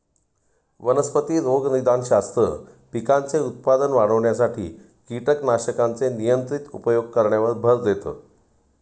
वनस्पती रोगनिदानशास्त्र, पिकांचे उत्पादन वाढविण्यासाठी कीटकनाशकांचे नियंत्रित उपयोग करण्यावर भर देतं